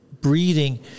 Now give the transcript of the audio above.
Breathing